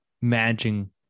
managing